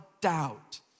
doubt